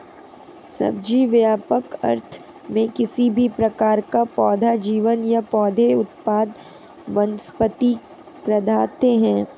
सब्जी, व्यापक अर्थों में, किसी भी प्रकार का पौधा जीवन या पौधे उत्पाद वनस्पति पदार्थ है